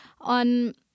on